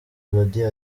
melodie